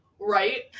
right